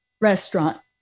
restaurant